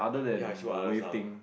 ya it's through other stuff lah